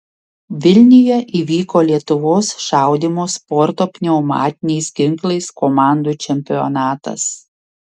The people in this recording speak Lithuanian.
vilniuje įvyko lietuvos šaudymo sporto pneumatiniais ginklais komandų čempionatas